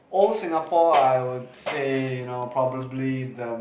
old Singapore I would say you know probably the